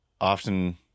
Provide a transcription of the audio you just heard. often